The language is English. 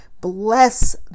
Bless